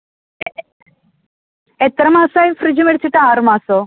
എത്ര മാസം ആയി ഫ്രിഡ്ജ് മേടിച്ചിട്ട് ആറ് മാസമോ